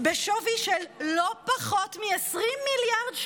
בשווי של לא פחות מ-20 מיליארד שקלים.